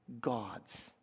gods